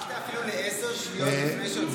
כאן בכוח הזרוע על הדמוקרטיה היקרה שלנו.